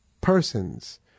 persons